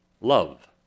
love